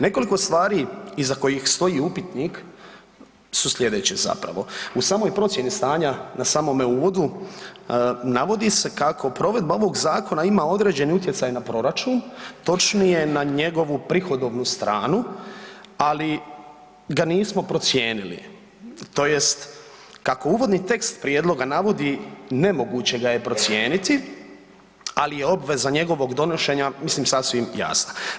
Nekoliko stvari iza kojih stoji upitnik su slijedeće zapravo, u samoj procijeni stanja na samome uvodu navodi se kako provedba ovog zakona ima određeni utjecaj na proračun, točnije na njegovu prihodovnu stranu, ali ga nismo procijenili tj. kako uvodni tekst prijedloga navodi nemoguće ga je procijeniti, ali je obveza njegovog donošenja mislim sasvim jasna.